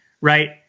right